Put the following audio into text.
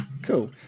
Cool